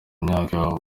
myaka